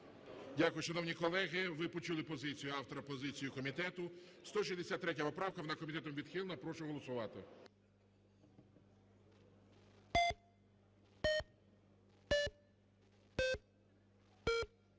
Дякую. Шановні колеги, ви почули позицію автора, позицію комітету. 163 поправка. Вона комітетом відхилена. Прошу голосувати.